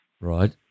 Right